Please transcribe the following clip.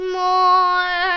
more